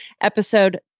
episode